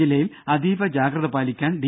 ജില്ലയിൽ അതീവ ജാഗ്രത പാലിക്കാൻ ഡി